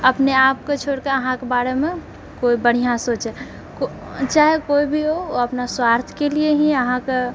अपनेआपके छोड़िके अहाँकेँ बारेमे केओ बढ़िआँ सोचए चाहे कोइभी हो अपना स्वार्थके लिए ही अहाँकेँ